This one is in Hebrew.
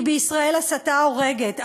כי בישראל הסתה הורגת,